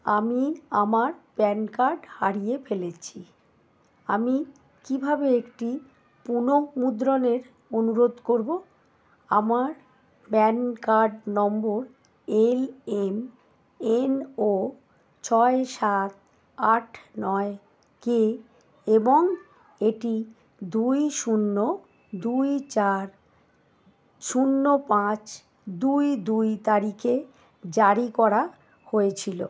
আমি আমার PAN card হারিয়ে ফেলেছি আমি কীভাবে একটি পুনঃমুদ্রণের অনুরোধ করব আমার PAN card number L M N O ছয় সাত আট নয় কে এবং এটি দুই শূন্য দুই চার শূন্য পাঁচ দুই দুই তারিখে জারি করা হয়েছিলো